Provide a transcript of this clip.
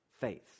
faith